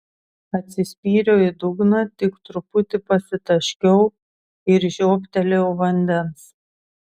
atsispyriau į dugną tik truputį pasitaškiau ir žiobtelėjau vandens